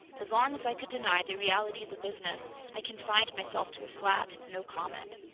as long as i could deny the reality of the business, i confined myself to a flat no comment.